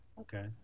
Okay